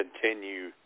continue